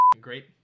great